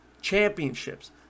championships